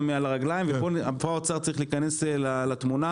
על הרגליים ופה האוצר צריך להיכנס לתמונה,